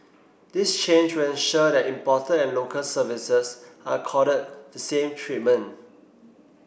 this change will ensure that imported and local services are accorded the same treatment